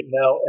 now